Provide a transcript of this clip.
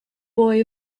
boy